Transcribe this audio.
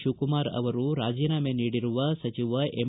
ಶಿವಕುಮಾರ್ ಅವರು ರಾಜೀನಾಮೆ ನೀಡಿರುವ ಸಚಿವ ಎಂ